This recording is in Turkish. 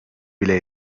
bile